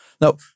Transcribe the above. Now